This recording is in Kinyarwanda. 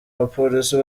abapolisi